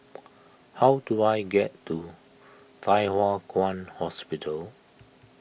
how do I get to Thye Hua Kwan Hospital